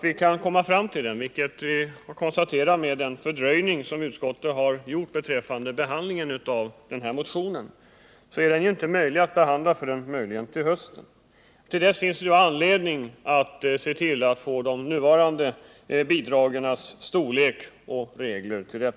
Vi har konstaterat att det på grund av utskottets fördröjning med behandlingen av motionen inte är möjligt att behandla den förrän till hösten. Till dess finns det anledning att se till att få de nuvarande bidragens storlek och reglerna ändrade.